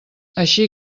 així